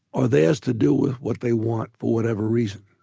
are theirs to do with what they want, for whatever reason.